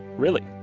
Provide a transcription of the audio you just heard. really!